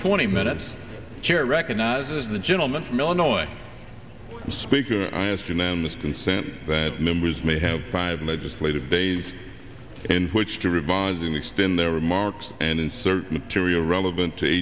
twenty minutes chair recognizes the gentleman from illinois speaker i ask unanimous consent that members may have five legislative days in which to revise and extend their remarks and insert material relevant to